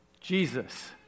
Jesus